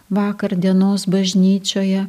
vakar dienos bažnyčioje